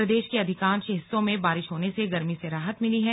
प्रदेश के अधिकांश हिस्सों में बारिश होने से गर्मी से राहत मिली है